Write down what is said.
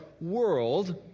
world